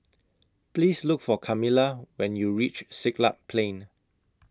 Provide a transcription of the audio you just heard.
Please Look For Camilla when YOU REACH Siglap Plain